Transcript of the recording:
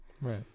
right